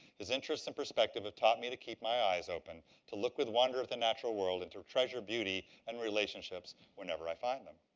his interest and perspective have taught me to keep my eyes open, to look with wonder at the natural world, and to treasure beauty and relationships whenever i find them.